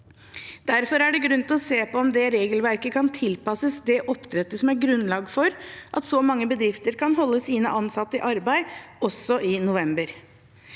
Derfor er det grunn til å se på om regelverket kan tilpasses det oppdrettet som er grunnlag for at så mange bedrifter kan holde sine ansatte i arbeid også i november.